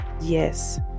yes